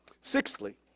Sixthly